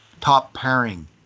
top-pairing